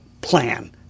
plan